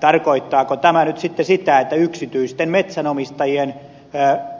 tarkoittaako tämä nyt sitten sitä että yksityisten metsänomistajien